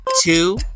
Two